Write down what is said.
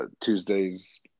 Tuesday's